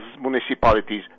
municipalities